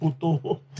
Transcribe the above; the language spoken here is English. puto